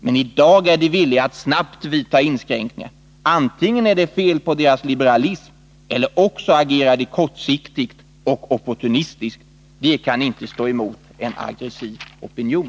Men i dag är de villiga att snabbt vidta inskränkningar. Antingen är det fel på deras liberalism eller också agerar de kortsiktigt och opportunistiskt. De kan inte stå emot en aggressiv opinion.”